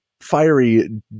Fiery